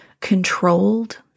controlled